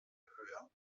höher